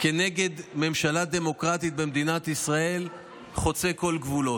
כנגד ממשלה דמוקרטית במדינת ישראל חוצה כל גבול.